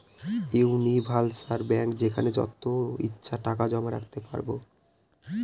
universal bank যেখানে যত ইচ্ছে টাকা জমা রাখতে পারবো